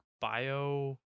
bio